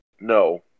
no